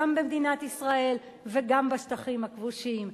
גם במדינת ישראל וגם בשטחים הכבושים.